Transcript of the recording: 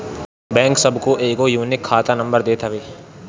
bank सबके एगो unique खाता नंबर देत हवे